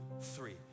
three